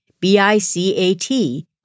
B-I-C-A-T